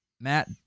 Matt